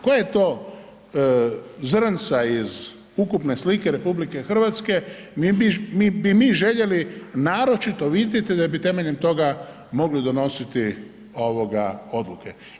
Koje to zrnca iz ukupne slike RH bi mi željeli naročito vidjet da bi temeljem toga mogli donositi odluke?